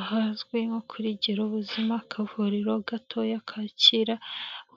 Ahazwi nko kuri Gira ubuzima, akavuriro gatoya kakira